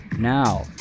Now